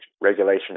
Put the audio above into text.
regulation